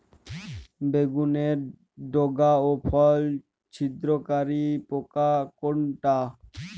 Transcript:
বেগুনের ডগা ও ফল ছিদ্রকারী পোকা কোনটা?